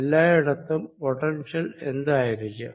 എല്ലായിടത്തും പൊട്ടൻഷ്യൽ എന്തായിരിക്കും